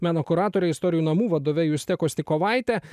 meno kuratore istorijų namų vadove juste kostikovaite